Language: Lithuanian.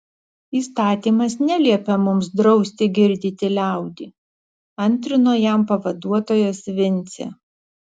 įstatymas neliepia mums drausti girdyti liaudį antrino jam pavaduotojas vincė